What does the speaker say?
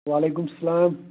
وعلیکُم سلام